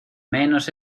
menos